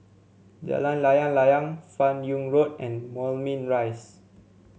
Jalan Layang Layang Fan Yoong Road and Moulmein Rise